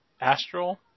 astral